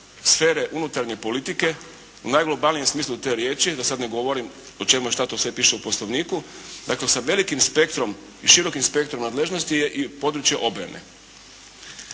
sfere unutarnje politike u najglobalnijem smislu te riječi, da sad ne govorim o čemu je, šta tu sve piše u Poslovniku. Dakle sa velikim spektrom i širokim spektrom nadležnosti je i područje obrane.